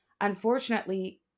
Unfortunately